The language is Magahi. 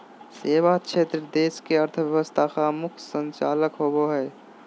सेवा क्षेत्र देश के अर्थव्यवस्था का मुख्य संचालक होवे हइ